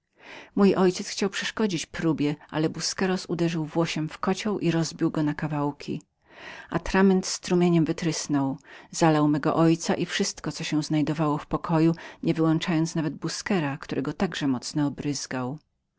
mój ojciec chciał przeszkodzić próbie ale burquerosbusqueros uderzył w kocioł który rozbił w kawałki atrament strumieniem wytrysnął zalał mego ojca i wszystko co się znajdowało w pokoju nie wyłączając nawet busquera którego także mocno